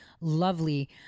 lovely